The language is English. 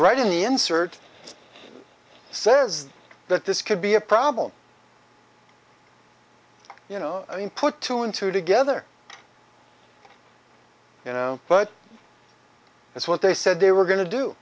right in the insert says that this could be a problem you know you put two and two together you know but it's what they said they were going to do